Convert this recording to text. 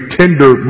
tender